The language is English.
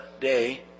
day